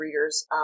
readers